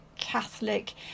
Catholic